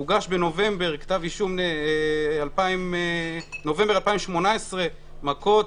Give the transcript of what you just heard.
הוגש כתב אישום בנובמבר 2018 על מכות,